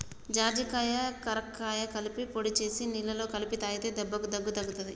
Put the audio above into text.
జాజికాయ కరక్కాయ కలిపి పొడి చేసి నీళ్లల్ల కలిపి తాగితే దెబ్బకు దగ్గు తగ్గుతది